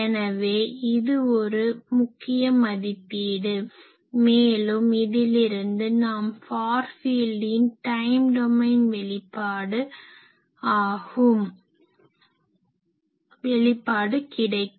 எனவே இது ஒரு முக்கிய மதிப்பீடு மேலும் இதிலிருந்து நாம் ஃபார் ஃபீல்டின் டைம் டொமைன் வெளிப்பாடு கிடைக்கும்